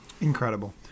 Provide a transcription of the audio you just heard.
Incredible